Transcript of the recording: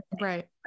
Right